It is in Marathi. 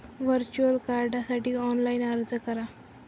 व्हर्च्युअल कार्डसाठी ऑनलाइन अर्ज करा